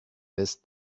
this